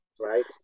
Right